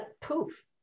poof